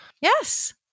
Yes